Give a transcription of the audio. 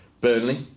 Burnley